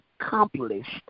accomplished